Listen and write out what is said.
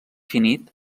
finit